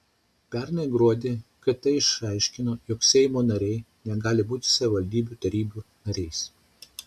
pernai gruodį kt išaiškino jog seimo nariai negali būti savivaldybių tarybų nariais